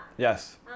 Yes